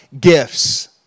gifts